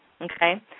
Okay